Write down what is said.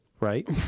right